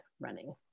running